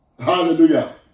Hallelujah